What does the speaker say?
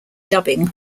dubbing